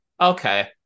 Okay